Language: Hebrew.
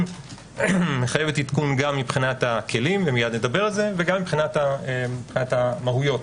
גם מבחינת הכלים וגם מבחינת המהויות.